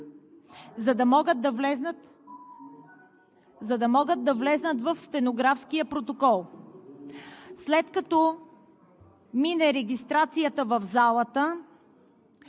за да могат да влязат в стенографския протокол. След като мине регистрацията в залата,